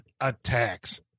attacks